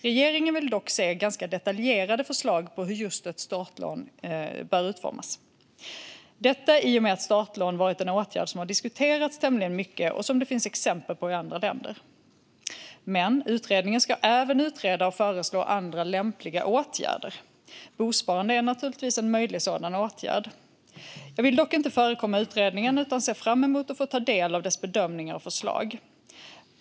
Regeringen vill dock se ganska detaljerade förslag på hur just ett startlån ska utformas, detta i och med att startlån varit en åtgärd som diskuterats tämligen mycket och som det finns exempel på i andra länder. Utredningen ska även utreda och föreslå andra lämpliga åtgärder. Bosparande är naturligtvis en möjlig sådan åtgärd. Jag vill dock inte förekomma utredningen utan ser fram emot att få ta del av dess bedömningar och förslag.